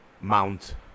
mount